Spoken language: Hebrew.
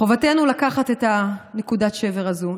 חובתנו לקחת את נקודת שבר הזו,